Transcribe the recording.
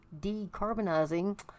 decarbonizing